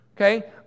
okay